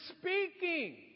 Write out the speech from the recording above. speaking